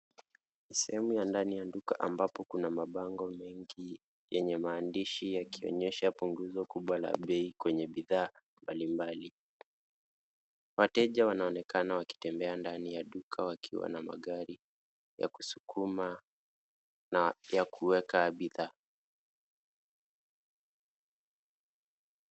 Sehemu ya ndani ya duka ambapo kuna mabango mengi ye ye maandishi yakionyesha punguzo kubwa la bei kwenye bidhaa mbalimbali. Wateja wanaonekana wakitembea ndani ya duka wakiwa na magari ya kusukuma na ya kuweka bidhaa.